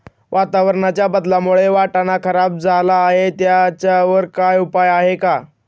वातावरणाच्या बदलामुळे वाटाणा खराब झाला आहे त्याच्यावर काय उपाय आहे का?